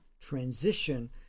transition